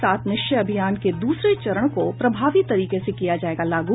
सात निश्चय अभियान के दूसरे चरण को प्रभावी तरीके से किया जायेगा लागू